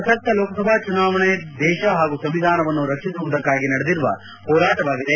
ಪ್ರಸಕ್ತ ಲೋಕಸಭಾ ಚುನಾವಣೆ ದೇಶ ಹಾಗೂ ಸಂವಿಧಾನವನ್ನು ರಕ್ಷಿಸುವುದಕ್ಕಾಗಿ ನಡೆದಿರುವ ಹೋರಾಟವಾಗಿದೆ